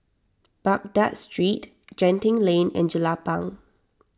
Baghdad Street Genting Lane and Jelapang